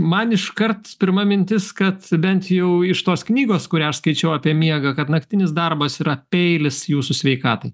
man iškart pirma mintis kad bent jau iš tos knygos kurią aš skaičiau apie miegą kad naktinis darbas yra peilis jūsų sveikatai